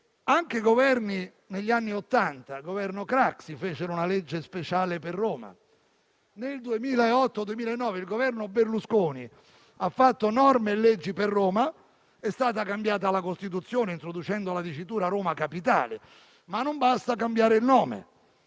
che, negli anni Ottanta, il Governo Craxi fece una legge speciale per Roma; nel 2008 e nel 2009 il Governo Berlusconi ha fatto norme e leggi per Roma. È stata cambiata la Costituzione, introducendo la dicitura Roma Capitale. Non basta, però, cambiare il nome.